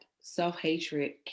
self-hatred